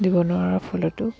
দিব নোৱাৰাৰ ফলতো